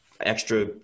extra